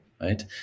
Right